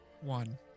one